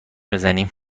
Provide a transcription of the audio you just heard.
بزنیم